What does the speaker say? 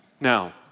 Now